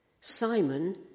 Simon